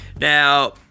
Now